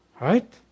right